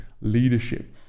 leadership